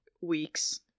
weeks